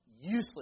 useless